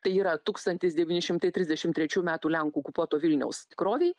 tai yra tūkstantis devyni šimtai trisdešimt trečių metų lenkų okupuoto vilniaus tikrovei